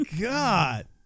God